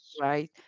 right